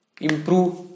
improve